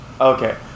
Okay